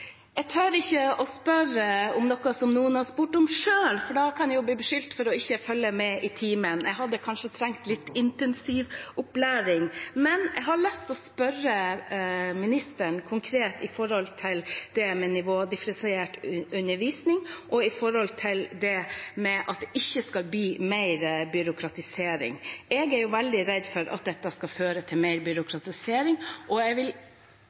Jeg tør ikke å spørre om noe som noen andre har spurt om, for da kan jeg jo bli beskyldt for ikke å følge med i timen – jeg hadde kanskje trengt litt intensivopplæring. Men jeg har lyst til å spørre ministeren konkret om det med nivådifferensiert undervisning og om det at det ikke skal bli mer byråkratisering. Jeg er veldig redd for at dette skal føre til mer byråkratisering, og jeg vil